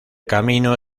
camino